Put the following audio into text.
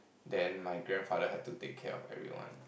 then my grandfather had to take care of everyone